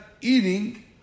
eating